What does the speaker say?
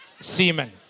semen